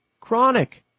chronic